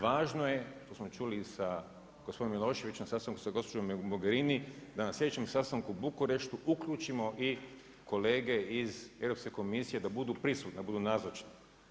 Važno je, to smo čuli i sa gospodinom Miloševićem, sad sam sa gospođom Mogerini da na sljedećem sastanku u Bukureštu uključimo i kolege iz Europske komisije da budu prisutni, da budu nazočni.